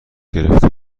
گرفته